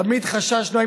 תמיד חששנו,